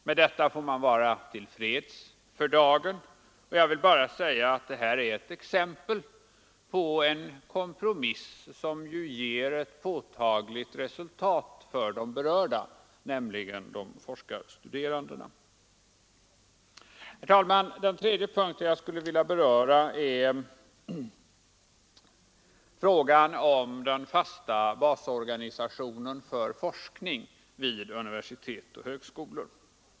Med detta får man vara till freds för dagen, och jag vill bara säga att det här är ett exempel på en kompromiss som ju ger ett påtagligt resultat för de berörda, nämligen forskarstuderandena. Herr talman! Den tredje punkten som jag skulle vilja beröra är frågan om den fasta basorganisationen för forskning vid universitet och högskolor.